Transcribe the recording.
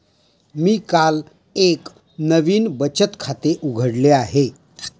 मी काल एक नवीन बचत खाते उघडले आहे